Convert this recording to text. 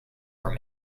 were